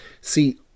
see